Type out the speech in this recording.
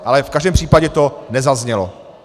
Ale v každém případě to nezaznělo.